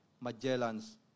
Magellan's